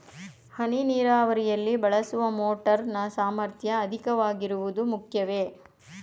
ಹನಿ ನೀರಾವರಿಯಲ್ಲಿ ಬಳಸುವ ಮೋಟಾರ್ ನ ಸಾಮರ್ಥ್ಯ ಅಧಿಕವಾಗಿರುವುದು ಮುಖ್ಯವೇ?